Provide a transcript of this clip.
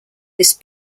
this